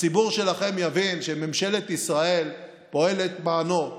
שממשלת ישראל פועלת למענו.